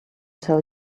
tell